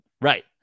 right